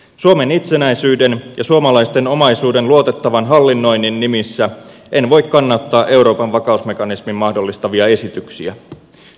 suomen itsenäisyyden ja suomalaisten omaisuuden luotettavan hallinnoinnin nimissä en voi kannattaa euroopan vakausmekanismin mahdollistavia esityksiä